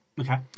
Okay